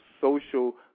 social